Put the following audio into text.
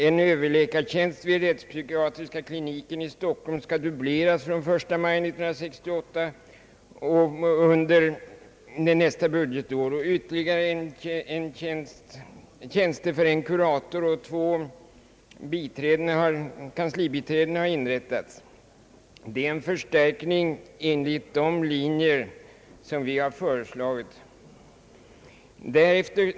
En överläkartjänst vid rättspsykiatriska kliniken i Stockholm skall dubbleras från den 1 maj i år, och ytterligare tjänster för en kurator och två kanslibiträden har inrättats. Det är en förstärkning enligt de linjer som vi har föreslagit.